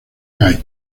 gay